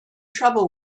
trouble